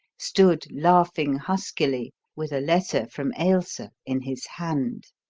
stood laughing huskily with a letter from ailsa in his hand.